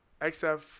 XF